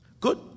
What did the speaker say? Good